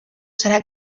serà